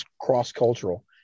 cross-cultural